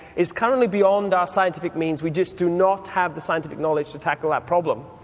is currently beyond our scientific means. we just do not have the scientific knowledge to tackle that problem.